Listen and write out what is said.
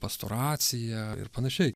pastoraciją ir panašiai